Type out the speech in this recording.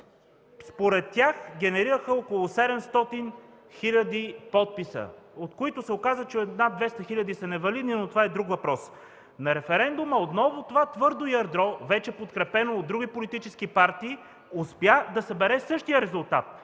според тях генерираха около 700 хиляди подписа, от които се оказа, че над 200 хиляди са невалидни, но това е друг въпрос. На референдума отново това твърдо ядро, вече подкрепено от други политически партии, успя да събере същия резултат.